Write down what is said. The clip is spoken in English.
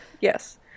Yes